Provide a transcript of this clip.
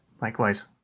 Likewise